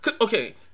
Okay